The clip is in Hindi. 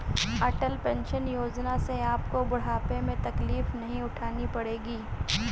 अटल पेंशन योजना से आपको बुढ़ापे में तकलीफ नहीं उठानी पड़ेगी